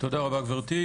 תודה רבה, גברתי.